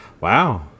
wow